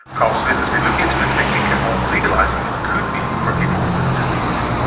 carl smith has been looking into the technique, and what legalising it could mean for people with the disease.